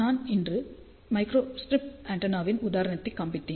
நான் இன்று மைக்ரோஸ்ட்ரிப் ஆண்டெனாவின் உதாரணத்தைக் காண்பித்தேன்